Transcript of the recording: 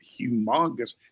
humongous